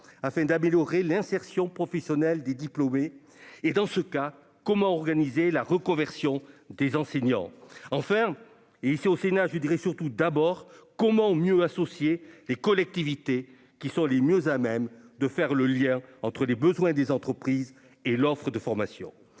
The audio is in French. afin d'améliorer l'insertion professionnelle des diplômés ? Dans ce cas, comment organiser la reconversion des enseignants ? Enfin- au Sénat, je serais tenté de dire « d'abord »-, comment mieux associer les collectivités, qui sont les mieux à même de faire le lien entre les besoins des entreprises et l'offre de formation